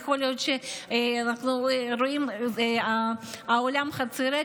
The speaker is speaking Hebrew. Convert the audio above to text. יכול להיות שאנחנו רואים שהאולם חצי ריק,